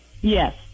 Yes